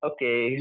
Okay